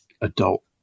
adult